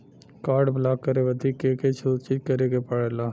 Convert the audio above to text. Card block करे बदी के के सूचित करें के पड़ेला?